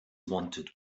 wanted